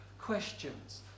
questions